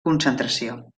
concentració